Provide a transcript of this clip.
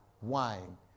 wine